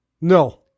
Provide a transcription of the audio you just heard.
No